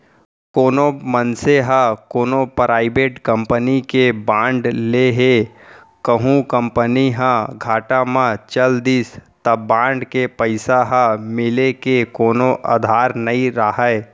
कोनो मनसे ह कोनो पराइबेट कंपनी के बांड ले हे कहूं कंपनी ह घाटा म चल दिस त बांड के पइसा ह मिले के कोनो अधार नइ राहय